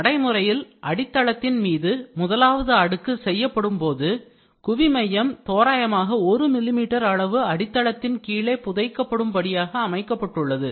நடைமுறையில் அடித்தளத்தின் மீது முதலாவது அடுக்கு செய்யப்படும்போது குவிமையம் தோராயமாக ஒரு மில்லி மீட்டர் அளவு அடித்தளத்தின் கீழே புதைக்கப்படும் படியாக அமைக்கப்பட்டுள்ளது